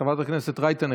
חברת הכנסת רייטן,